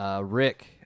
Rick